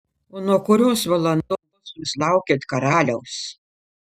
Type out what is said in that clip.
o nuo kurios valandos jūs laukėt karaliaus